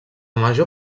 major